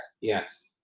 Yes